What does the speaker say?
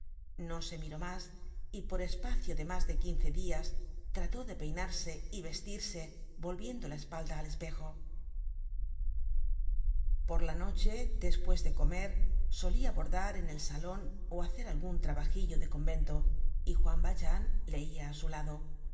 no se miró mas y por espacio de mas de quince dias trató de peinarse y vestirse volviendo la espalda al espejo por la noche despues de comer solia bordar en el salon ó hacer algun trabajillo de convento y juan valjean leia á su lado